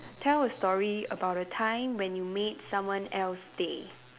tell a story about a time when you made someone else day